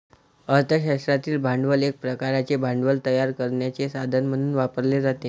अर्थ शास्त्रातील भांडवल एक प्रकारचे भांडवल तयार करण्याचे साधन म्हणून वापरले जाते